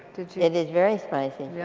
it is very spicy.